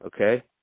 okay